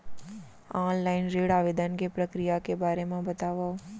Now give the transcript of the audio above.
Online ऋण आवेदन के प्रक्रिया के बारे म बतावव?